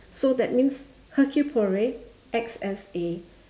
so that means hercule-poirot acts as a